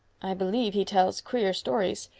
i believe he tells queer stories.